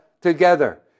together